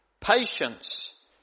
patience